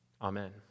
Amen